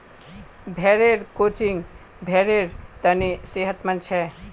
भेड़ेर क्रचिंग भेड़ेर तने सेहतमंद छे